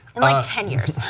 like ten years.